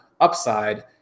upside